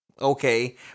Okay